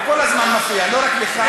הוא כל הזמן מפריע, לא רק לך.